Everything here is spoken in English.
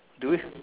do its